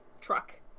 Truck